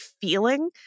feeling